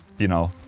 you know.